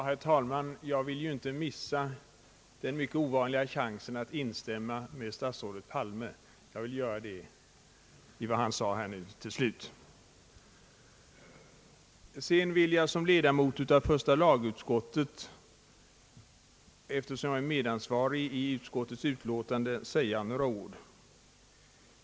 Herr talman! Jag vill inte försumma den mycket ovanliga chansen att instämma i något som statsrådet Palme yttrar. Jag kan emellertid här helt instämma i det uttalande som statsrådet gjorde i slutet av sitt inlägg. Sedan vill jag som ledamot av första lagutskottet säga några ord om utskottets utlåtande, eftersom jag delar ansvaret för det.